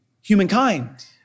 humankind